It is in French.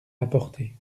apporté